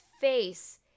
face